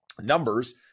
numbers